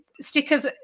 stickers